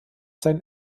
sein